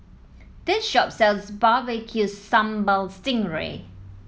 this shop sells Barbecue Sambal Sting Ray